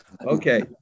Okay